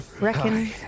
Reckon